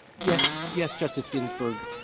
yes yes, justice ginsburg.